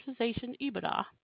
EBITDA